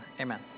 amen